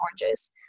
oranges